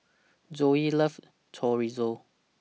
Zoey loves Chorizo